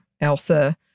Elsa